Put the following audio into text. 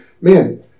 man